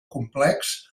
complex